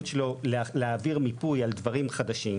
שלו להעביר מיפוי על דברים חדשים,